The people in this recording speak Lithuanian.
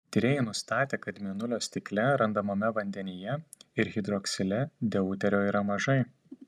tyrėjai nustatė kad mėnulio stikle randamame vandenyje ir hidroksile deuterio yra mažai